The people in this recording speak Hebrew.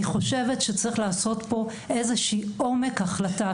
אני חושבת שצריך לעשות פה איזושהי עומק החלטה.